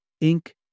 Ink